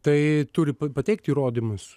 tai turi pa pateikt įrodymus